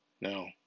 No